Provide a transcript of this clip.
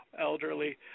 elderly